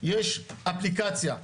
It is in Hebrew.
יש אפליקציה,